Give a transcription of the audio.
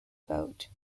boat